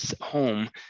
home